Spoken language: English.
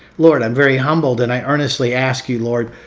lord, i'm very humbled and i earnestly ask you lord,